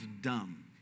dumb